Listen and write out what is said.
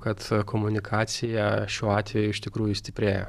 kad komunikacija šiuo atveju iš tikrųjų stiprėja